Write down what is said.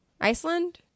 Iceland